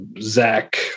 Zach